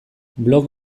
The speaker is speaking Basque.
blog